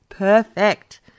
Perfect